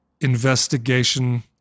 investigation